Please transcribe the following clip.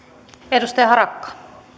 arvoisa